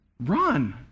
Run